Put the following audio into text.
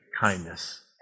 kindness